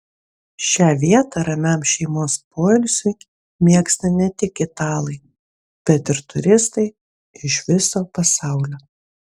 šią vietą ramiam šeimos poilsiui mėgsta ne tik italai bet ir turistai iš viso pasaulio